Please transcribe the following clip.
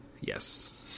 Yes